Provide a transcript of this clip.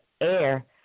air